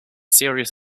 serious